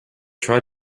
try